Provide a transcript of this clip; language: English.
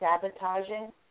sabotaging